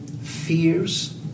fears